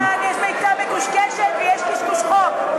ניסן, ניסן, יש ביצה מקושקשת ויש קשקוש חוק.